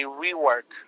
rework